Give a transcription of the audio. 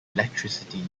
electricity